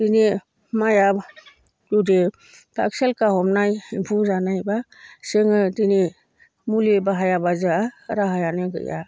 बिनि माइया जुदि पात सेलखा हमनाय एम्फौ जानाय एबा जोङो दिनै मुलि बाहायाबा जोंहा राहायानो गैया